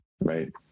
right